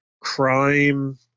crime